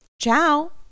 Ciao